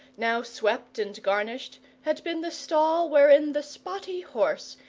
now swept and garnished, had been the stall wherein the spotty horse,